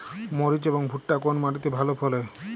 মরিচ এবং ভুট্টা কোন মাটি তে ভালো ফলে?